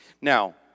Now